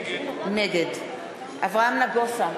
נגד אברהם נגוסה,